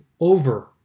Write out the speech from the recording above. over